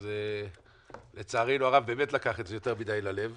אז לצערנו הרב הוא באמת לקח את זה יותר מדי ללב.